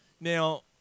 Now